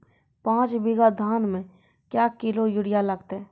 पाँच बीघा धान मे क्या किलो यूरिया लागते?